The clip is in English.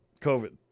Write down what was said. COVID